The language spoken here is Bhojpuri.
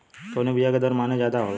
कवने बिया के दर मन ज्यादा जाला?